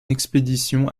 expédition